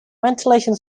ventilation